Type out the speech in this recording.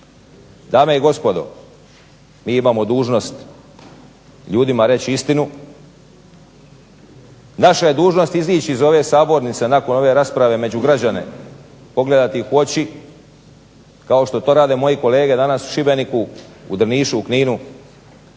Dame i gospodo, mi imamo dužnost ljudima reći istinu, naša je dužnost izići iz ove sabornice nakon ove rasprave među građane, pogledati ih u oči kao što to rade moji kolege danas u Šibeniku, u Drnišu, u Kninu.